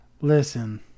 Listen